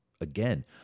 again